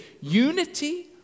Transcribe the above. unity